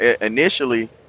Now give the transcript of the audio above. initially